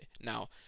Now